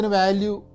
value